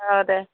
अ दे